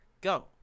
Go